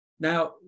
Now